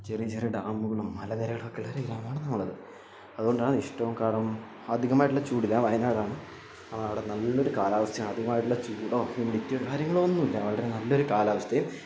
ചെറിയ ചെറിയ ഡാമുകളും മലനിരകളുവൊക്കെ ഉള്ളൊര് ഗ്രാമമാണ് നമ്മുടേത് അതുകൊണ്ടാണ് ഇഷ്ടവും കാണും അധികമായിട്ടുള്ള ചൂടില്ല വയനാടാണ് അവിടെ നല്ലൊരു കാലാവസ്ഥയാണ് അധികമായിട്ടുള്ള ചൂടോ ഹ്യുമിഡിറ്റിയോ കാര്യങ്ങളോ ഒന്നുവില്ല വളരെ നല്ലൊരു കാലാവസ്ഥയും